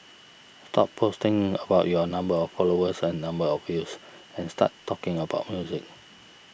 stop posting about your number of followers and number of views and start talking about music